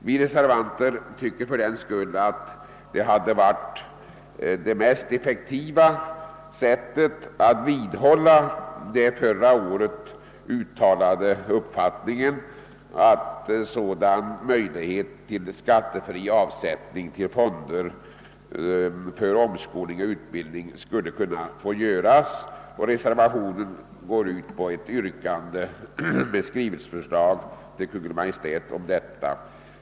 Vi reservanter tycker fördenskull att utskottet bort vidhålla sin förra året uttalade uppfattning att möjlighet skall finnas till skattefri avsättning till fonder för omskolning och utbildning. Reservationen går ut på ett yrkande 'om skrivelseförslag till Kungl. Maj:t om den saken.